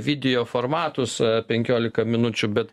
video formatus penkiolika minučių bet